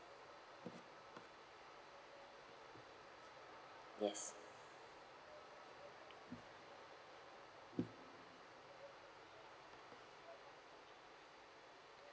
yes